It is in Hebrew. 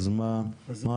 אז מה הטעם?